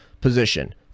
position